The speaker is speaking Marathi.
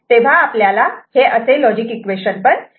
तेव्हा आपल्याला हे लॉजिक इक्वेशन मिळतात